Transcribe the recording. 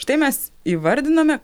štai mes įvardiname